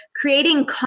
creating